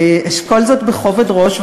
אני אשקול זאת בכובד ראש,